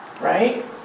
right